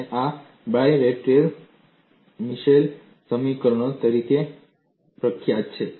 અને આ Beltrami Michell સમીકરણો તરીકે પ્રખ્યાત છે